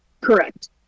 Correct